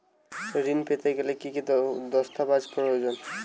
ঋণ পেতে গেলে কি কি দস্তাবেজ প্রয়োজন?